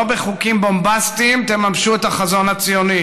לא בחוקים בומבסטיים תממשו את החזון הציוני